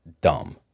dumb